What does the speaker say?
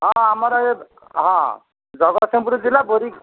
ହଁ ଆମର ଏ ହଁ ଜଗତସିଂହପୁର ଜିଲ୍ଲା ବୋରି